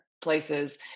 places